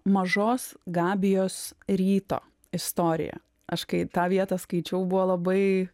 mažos gabijos ryto istoriją aš kai tą vietą skaičiau buvo labai